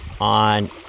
on